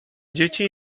dzieci